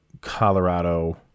Colorado